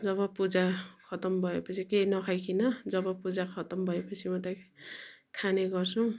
जब पूजा खतम भएपछि केही नखाइकिन जब पूजा खतम भएपछि मात्रै खाने गर्छौँ